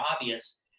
obvious